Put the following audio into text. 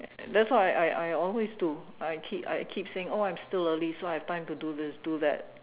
that's what I I I always do I keep I keep saying oh I'm still early so I have time to do this do that